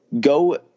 Go